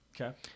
Okay